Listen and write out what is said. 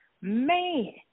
Man